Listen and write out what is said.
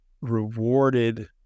rewarded